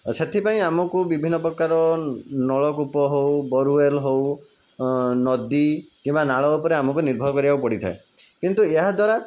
ଅ ସେଥିପାଇଁ ଆମକୁ ବିଭିନ୍ନପ୍ରକାର ନଳକୂପ ହଉ ବୋରୱେଲ ହଉ ନଦୀ କିମ୍ବା ନାଳ ଉପରେ ଆମକୁ ନିର୍ଭର କରିବାକୁ ପଡ଼ିଥାଏ କିନ୍ତୁ ଏହାଦ୍ୱାରା